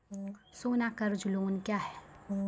सोना कर्ज लोन क्या हैं?